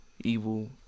evil